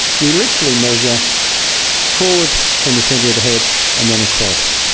we literally measure forward from the centre of the head and then across.